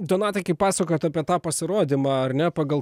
donatai kaip pasakojot apie tą pasirodymą ar ne pagal